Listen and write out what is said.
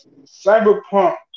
Cyberpunk